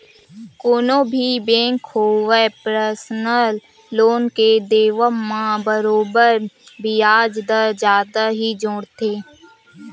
कोनो भी बेंक होवय परसनल लोन के देवब म बरोबर बियाज दर जादा ही जोड़थे